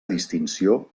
distinció